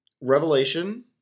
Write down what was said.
Revelation